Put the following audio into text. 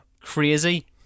Crazy